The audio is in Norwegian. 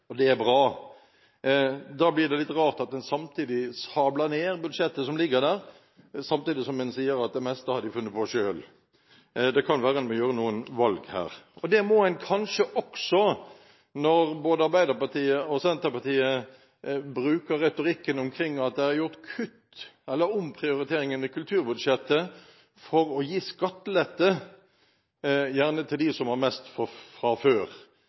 og det er bra. Det blir litt rart at de sabler ned budsjettet som ligger der, samtidig som de sier at det meste har de funnet på selv. Det kan være en må gjøre noen valg her. Det må en kanskje også når både Arbeiderpartiet og Senterpartiet bruker retorikken om at det er gjort kutt eller omprioriteringer i kulturbudsjettet for å gi skattelette, gjerne til dem som har mest fra før.